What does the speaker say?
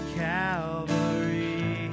calvary